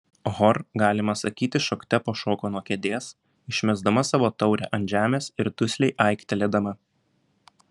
hor galima sakyti šokte pašoko nuo kėdės išmesdama savo taurę ant žemės ir dusliai aiktelėdama